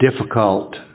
difficult